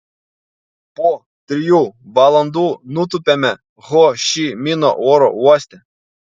po trijų valandų nutupiame ho ši mino oro uoste